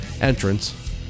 entrance